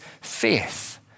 faith